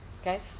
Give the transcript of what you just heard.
okay